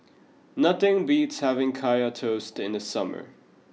nothing beats having Kaya Toast in the summer